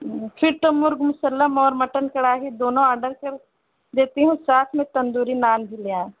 پھر تو مرغ مسلم اور مٹن کڑھائی دونوں آڈر کر دیتی ہوں ساتھ میں تندوری نان بھی لے آئیں